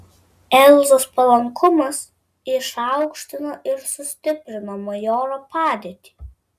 elzos palankumas išaukštino ir sustiprino majoro padėtį